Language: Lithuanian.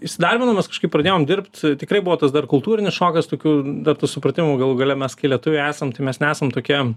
įsidarbindamas kažkaip pradėjom dirbt tikrai buvo tas dar kultūrinis šokas tokių dar tų supratimų galų gale mes lietuviai esam tai mes nesam tokie